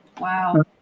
Wow